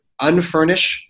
unfurnish